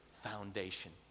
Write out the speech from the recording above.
foundation